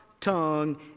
tongue